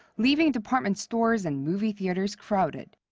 leaving department stores and movie theaters crowded.